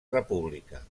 república